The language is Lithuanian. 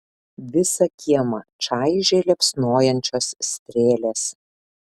visą kiemą čaižė liepsnojančios strėlės